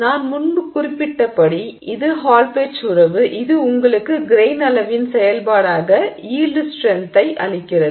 நாம் முன்பு குறிப்பிட்டபடி இது ஹால் பெட்ச் உறவு இது உங்களுக்கு கிரெய்ன் அளவின் செயல்பாடாக யீல்டு ஸ்ட்ரென்த்தை அளிக்கிறது